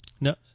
No